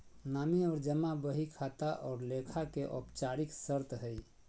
नामे और जमा बही खाता और लेखा के औपचारिक शर्त हइ